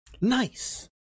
nice